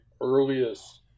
earliest